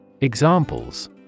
Examples